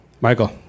Michael